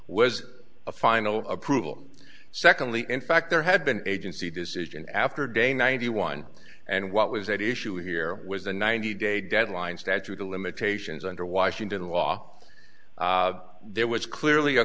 was a final approval secondly in fact there had been agency decision after day ninety one and what was at issue here was the ninety day deadline statute of limitations under washington law there was clearly a